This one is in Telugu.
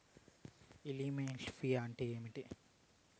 ఎనిమోఫిలి అంటే ఏంటి?